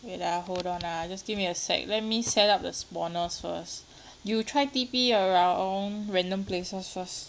wait ah I hold on ah just give me a sec let me set up the spawners first you try T_P around random places first